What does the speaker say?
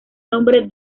nombre